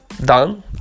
done